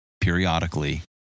periodically